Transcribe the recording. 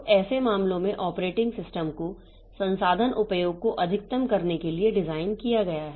तो ऐसे मामलों में ऑपरेटिंग सिस्टम को संसाधन उपयोग को अधिकतम करने के लिए डिज़ाइन किया गया है